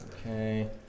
Okay